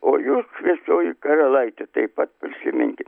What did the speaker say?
o jūs šviesioji karalaite taip pat prisiminkit